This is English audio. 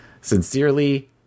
Sincerely